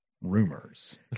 rumors